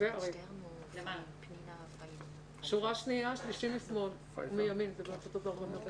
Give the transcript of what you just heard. הרבה מהם על דעת עצמם החליטו שזה מסוכן מידי מבחינה רבנית.